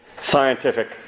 scientific